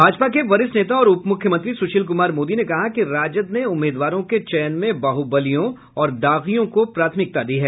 भाजपा क वरिष्ठ नेता और उपमुख्यमंत्री सुशील कुमार मोदी ने कहा कि राजद ने उम्मीदवारों के चयन में बाहुबलियों और दागियों को प्राथमिकता दी है